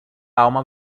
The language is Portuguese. alma